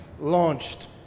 launched